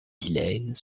vilaine